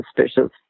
suspicious